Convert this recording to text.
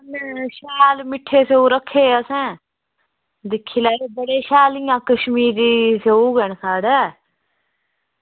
शैल मिट्ठे स्यौ रक्खे दे असें बड़े शैल न कशमीरी स्यौ न साढ़े